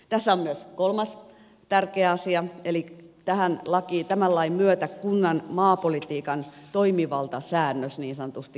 tässä on myös kolmas tärkeä asia eli tämän lain myötä kunnan maapolitiikan toimivaltasäännös niin sanotusti kirjataan lakiin